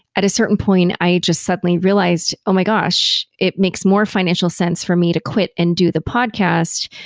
at a certain point i just suddenly realized, oh, my gosh it makes more financial sense for me to quit and do the podcast,